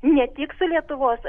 ne tik su lietuvos